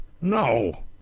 No